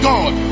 God